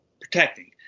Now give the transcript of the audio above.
protecting